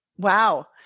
Wow